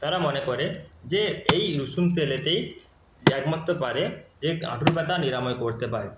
তারা মনে করে যে এই রসুন তেলেতেই যে একমাত্র পারে যে হাঁটুর ব্যথা নিরাময় করতে পারে